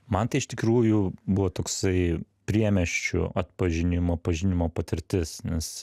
man tai iš tikrųjų buvo toksai priemiesčių atpažinimo pažinimo patirtis nes